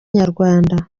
nyarwanda